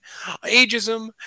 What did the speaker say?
ageism